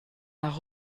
nach